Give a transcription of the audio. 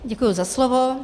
Děkuji za slovo.